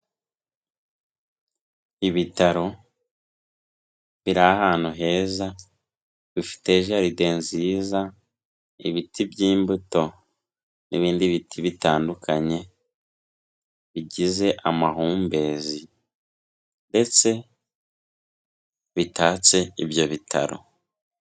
Ibitaro biri ahantu heza, bifite jaride nziza, ibiti by'imbuto n'ibindi biti bitandukanye bigize amahumbezi ndetse bitatse ibyo bitaro.